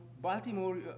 Baltimore